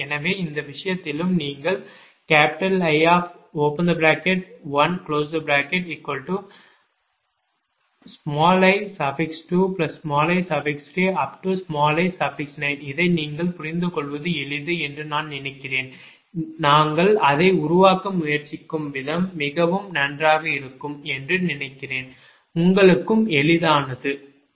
எனவே இந்த விஷயத்திலும் நீங்கள் I1i2i3i4i5i6i7i8i9 இதை நீங்கள் புரிந்துகொள்வது எளிது என்று நான் நினைக்கிறேன் நாங்கள் அதை உருவாக்க முயற்சிக்கும் விதம் மிகவும் நன்றாக இருக்கும் என்று நினைக்கிறேன் உங்களுக்கு எளிதானது சரி